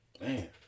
man